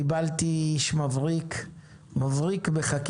קיבלתי איש מבריק בחקיקה.